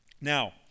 Now